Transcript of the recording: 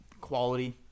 quality